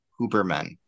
Huberman